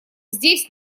здесь